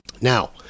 Now